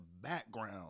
background